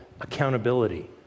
accountability